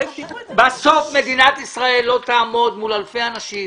בסוף מדינת ישראל לא תעמוד מול אלפי אנשים